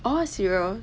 orh cereals